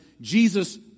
Jesus